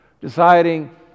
deciding